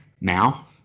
Now